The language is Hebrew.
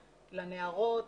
לנהרות,